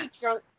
Drunk